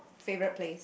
favorite place